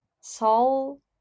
Soul